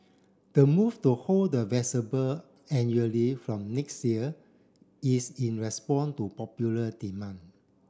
the move to hold the annually from next year is in respond to popular demand